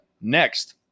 next